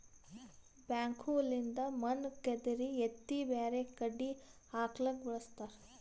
backhoe ಲಿಂದ್ ಮಣ್ಣ್ ಕೆದರಿ ಎತ್ತಿ ಬ್ಯಾರೆ ಕಡಿ ಹಾಕ್ಲಕ್ಕ್ ಬಳಸ್ತಾರ